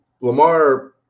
Lamar